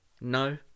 No